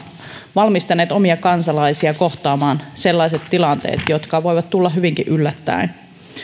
valmistaneet omia kansalaisiamme kohtaamaan sellaiset tilanteet jotka voivat tulla hyvinkin yllättäen